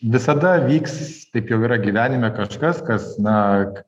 visada vyks taip jau yra gyvenime kažkas kas na